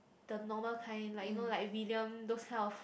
the normal kind like you know like William those kind of